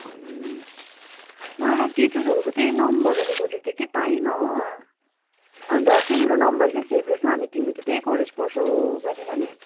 मलाई टिचर्सहरूको चाहिँ नम्बरहरू खोजेको थिएँ पाइनँ हो अन्त तिम्रो नम्बर चाहिँ सेभ रहेछ अन्त तिमी त त्यही कलेज पढ्छौ भनेर नि